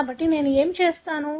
కాబట్టి నేను ఏమి చేస్తాను